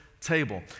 table